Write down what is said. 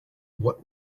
what